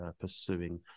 pursuing